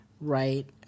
right